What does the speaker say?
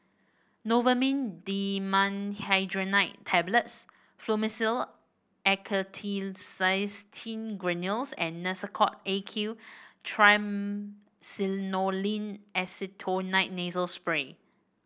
Novomin Dimenhydrinate Tablets Fluimucil Acetylcysteine Granules and Nasacort A Q Triamcinolone Acetonide Nasal Spray